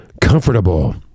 comfortable